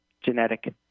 genetic